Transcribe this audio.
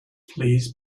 please